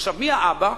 עכשיו, מי האבא?